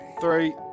Three